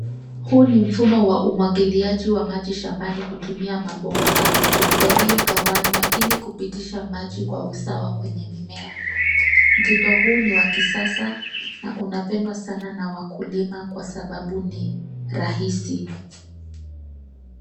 Huu ni mfumo wa umwagiliaji wa maji shambani kutumia mabomba yaliyogawanywa ili kupitisha maji kwa usawa kwenye mimea. Mtindo huu ni wa kisasa na unapendwa sana na wakulima kwa sababu ni rahisi.